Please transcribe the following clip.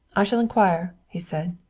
i shall inquire, he said.